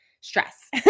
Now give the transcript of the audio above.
stress